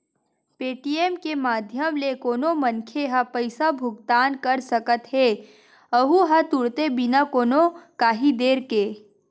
Paytm के माधियम ले कोनो मनखे ह पइसा भुगतान कर सकत हेए अहूँ ह तुरते बिना कोनो काइही देर के